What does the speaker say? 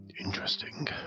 Interesting